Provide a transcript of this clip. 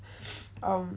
um